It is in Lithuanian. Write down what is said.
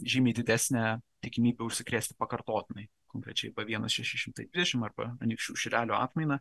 žymiai didesnė tikimybė užsikrėsti pakartotinai konkrečiai b vienas šeši šimtai dvidešim arba anykščių šilelio atmaina